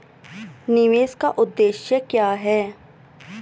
निवेश का उद्देश्य क्या है?